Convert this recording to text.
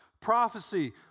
Prophecy